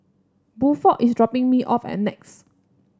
Buford is dropping me off at Nex